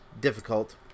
difficult